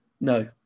No